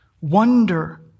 wonder